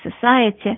society